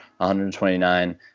129